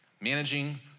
Managing